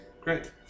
Great